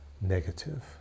negative